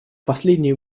последние